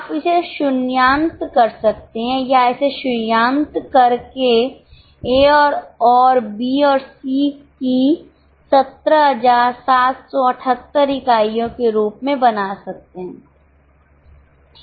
आप इसे शून्यान्त कर सकते हैं या इसे शून्यान्त करके ए और बी और सी की 17778 इकाइयों के रूप में बना सकते हैं ठीक है